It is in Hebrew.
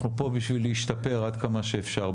אנחנו פה בשביל להשתפר עד כמה שאפשר.